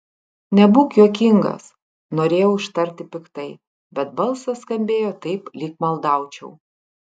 nebūk juokingas norėjau ištarti piktai bet balsas skambėjo taip lyg maldaučiau